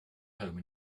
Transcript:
home